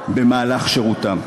במהלך שירותם.